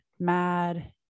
mad